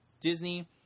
disney